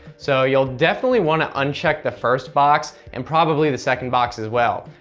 so you'll definitely want to uncheck the first box, and probably the second box as well.